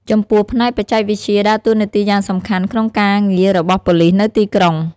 ចំពោះផ្នែកបច្ចេកវិទ្យាដើរតួនាទីយ៉ាងសំខាន់ក្នុងការងាររបស់ប៉ូលិសនៅទីក្រុង។